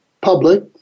public